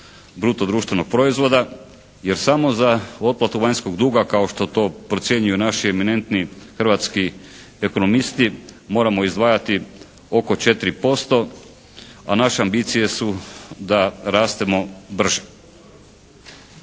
bruto društvenog proizvoda, je samo za otplatu vanjskog duga, kao što to procjenjuju naši eminentni hrvatski ekonomisti morajmo izdvajati oko 4%, a naše ambicije su da rastemo brže.